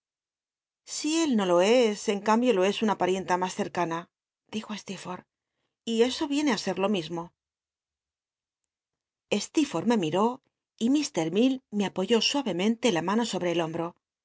si él no lo es en cambio lo es sn parienta mas cercana dijo stccrforth y c o viene i ser lo mismo stcctforlh me miró y l t llell me apoyó suavemente la mano sobre el hombro